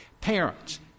Parents